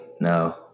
No